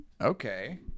Okay